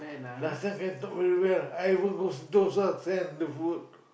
last time can talk very well I even go Sentosa sand to vote